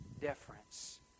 difference